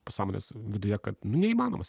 pasąmonės viduje kad nu neįmanomas